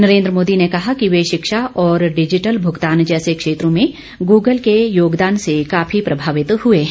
नरेंद्र मोदी ने कहा कि वे शिक्षा और डिजिटल भूगतान जैसे क्षेत्रों में गूगल के योगदान से काफी प्रभावित हुए हैं